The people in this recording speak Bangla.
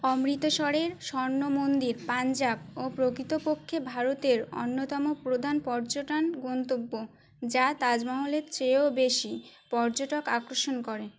অমৃতসরের স্বর্ণ মন্দির পাঞ্জাব ও প্রকৃতপক্ষে ভারতের অন্যতম প্রধান পর্যটন গন্তব্য যা তাজ মহলের চেয়েও বেশি পর্যটক আকর্ষণ করে